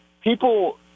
people